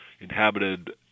inhabited